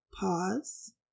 pause